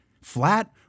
flat